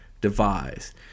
devised